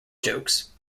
jokes